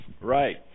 right